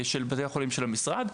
של בתי החולים של המשרד.